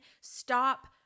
Stop